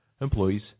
employees